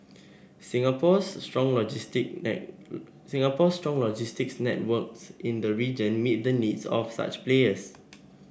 Singapore's strong Singapore's strong logistics networks in the region meet the needs of such players